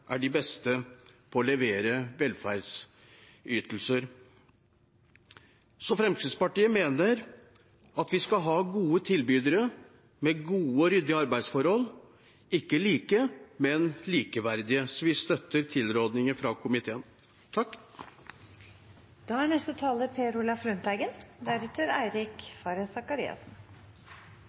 er de beste på å levere velferdsytelser. Fremskrittspartiet mener at vi skal ha gode tilbydere med gode og ryddige arbeidsforhold – ikke like, men likeverdige. Vi støtter tilrådingen fra komiteen.